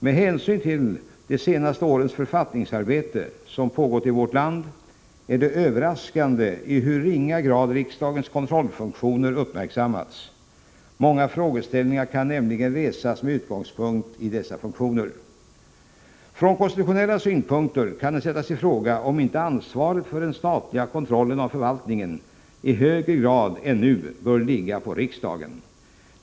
Med hänsyn till de senaste årens författningsarbete, som pågått i vårt land, är det överraskande i hur ringa grad riksdagens kontrollfunktioner uppmärksammats. Många frågeställningar kan nämligen resas med utgångspunkt i dessa funktioner. Från konstitutionella synpunkter kan det sättas i fråga om inte ansvaret för den statliga kontrollen av förvaltningen i högre grad än nu bör ligga på riksdagen.